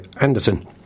Anderson